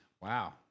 Wow